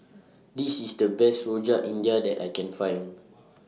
This IS The Best Rojak India that I Can Find